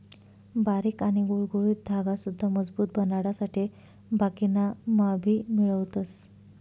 बारीक आणि गुळगुळीत धागा सुद्धा मजबूत बनाडासाठे बाकिना मा भी मिळवतस